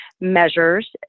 measures